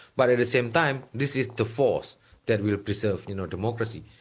but at the same time, this is the force that will preserve you know democracy,